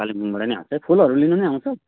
कालेबुङबाट नि आउँछ है फुलहरू लिनु नि आउँछ